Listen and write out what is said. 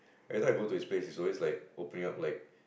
every time I go to his place it's always like opening up like